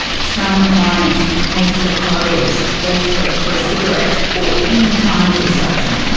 some clients pace the corridors, desperate for a cigarette, or any kind of distraction.